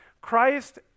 Christ